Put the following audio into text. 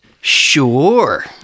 Sure